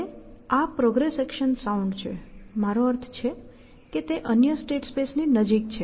હવે આ progress action sound છે મારો અર્થ છે કે તે અન્ય સ્ટેટ સ્પેસ ની નજીક છે